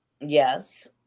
Yes